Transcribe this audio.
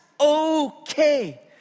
okay